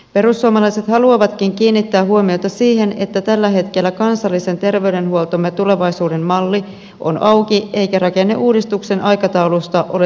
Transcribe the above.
perussuomalaiset haluavatkin kiinnittää huomiota siihen että tällä hetkellä kansallisen terveydenhuoltomme tulevaisuuden malli on auki eikä rakenneuudistuksen aikataulusta ole selkeää tietoa